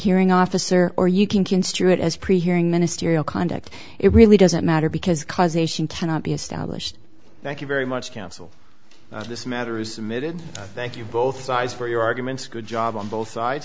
hearing officer or you can construe it as pre hearing ministerial conduct it really doesn't matter because causation cannot be established thank you very much counsel this matter is thank you both sides for your arguments good job and both sides